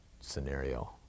scenario